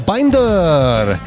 Binder